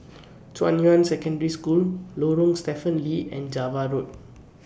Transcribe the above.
Junyuan Secondary School Lorong Stephen Lee and Java Road